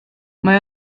mae